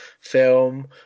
film